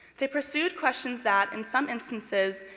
they pursued questions that, in some instances,